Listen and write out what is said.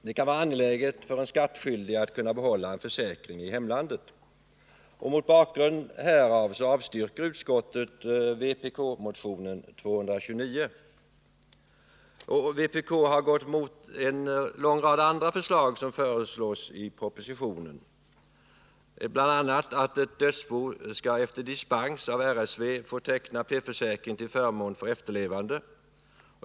Det kan vara angeläget för en skattskyldig att 89 behålla en försäkring i hemlandet. Mot bakgrund härav avstyrker utskottet vpk-motionen 229. Vpk har gått emot en lång rad andra förslag i propositionen, bl.a. att ett dödsbo efter dispens av riksskatteverket skall få teckna P-försäkring till förmån för efterlevande.